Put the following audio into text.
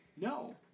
No